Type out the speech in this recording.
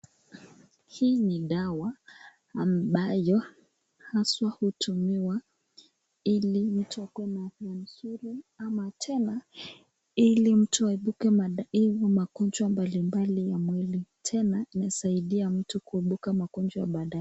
Hii ni dawa ambayo haswa hutumiwa ili mtu akue na afya nzuri ama tena ili mtu aibuke madaivu magonjwa mbali mbali ya mwili. Tena inasaidia mtu kuepuka magonjwa baadae